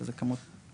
שזה כמות פסיכית.